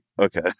okay